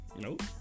Nope